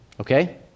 Okay